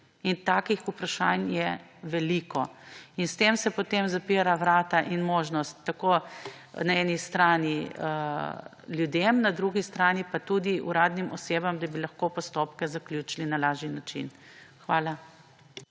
In takih vprašanj je veliko. S tem se potem zapira vrata in možnost tako na eni strani ljudem, na drugi strani pa tudi uradnim osebam, da bi lahko postopke zaključile na lažji način. Hvala.